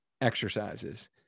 exercises